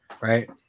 right